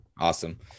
awesome